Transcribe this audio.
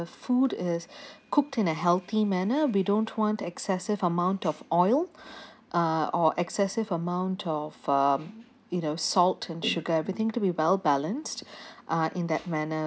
food is cooked in a healthy manner we don't want excessive amount of oil uh or excessive amount of uh you know salt and sugar everything to be well balanced uh in that manner